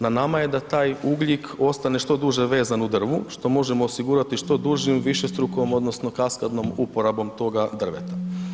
Na nama je da taj ugljik ostane što duže vezan u drvu, što možemo osigurati što dužim, višestrukom odnosno kaskadnom uporabom toga drveta.